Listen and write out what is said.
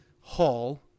hall